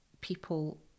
people